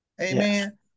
Amen